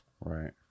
Right